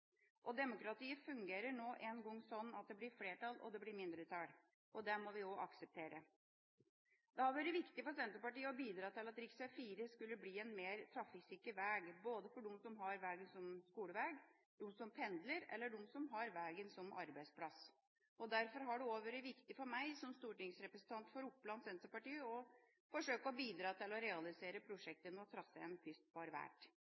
Demokratiet fungerer nå en gang slik at det blir flertall og mindretall. Det må vi også akseptere. Det har vært viktig for Senterpartiet å bidra til at rv. 4 skulle bli en mer trafikksikker vei både for dem som har veien som skolevei, for pendlere og for dem som har veien som arbeidsplass. Derfor har det vært viktig for meg som stortingsrepresentant for Oppland og medlem av Senterpartiet å forsøke å bidra til å realisere